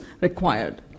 required